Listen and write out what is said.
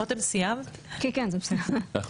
אז